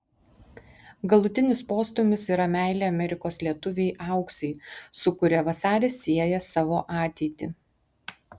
galutinis postūmis yra meilė amerikos lietuvei auksei su kuria vasaris sieja savo ateitį